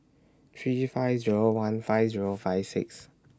three five Zero one five Zero five six